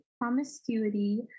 promiscuity